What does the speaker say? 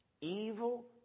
Evil